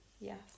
Yes